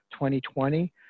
2020